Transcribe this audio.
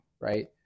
right